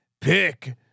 Pick